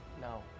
No